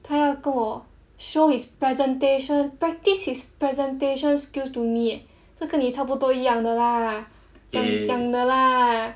他要跟我 show his presentation practice his presentation skills to me 这跟你差不多一样的 lah